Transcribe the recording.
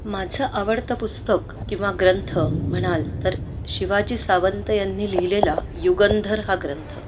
माझं आवडतं पुस्तक किंवा ग्रंथ म्हणाल तर शिवाजी सावंत यांनी लिहिलेला युगंधर हा ग्रंथ